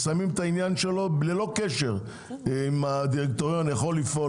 מסיימים את העניין שלו ללא קשר אם הדירקטוריון יכול לפעול,